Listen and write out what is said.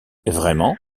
vraiment